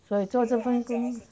所以做这份工